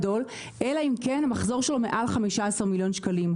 אלא אם כן המחזור שלו הוא מעל 15 מיליון ₪.